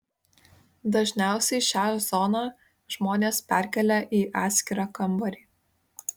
dažniausiai šią zoną žmonės perkelia į atskirą kambarį